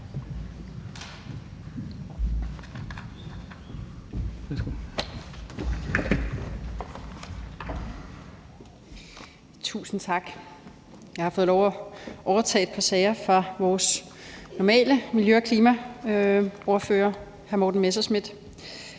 Tusind tak. Jeg har fået lov at overtage et par sager fra vores sædvanlige miljø- og klimaordfører, hr. Morten Messerschmidt.